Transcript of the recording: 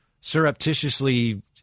surreptitiously